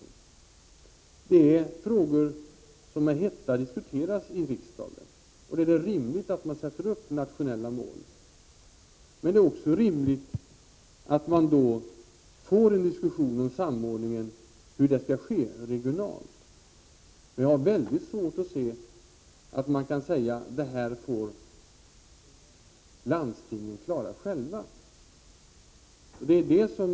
Det är frågor som med hetta diskuteras i riksdagen, och det är rimligt att man sätter upp nationella mål. Men det är också rimligt att man får en diskussion om hur samordningen skall ske regionalt. Jag har dock svårt att se hur man kan säga att landstingen får klara vissa saker själva.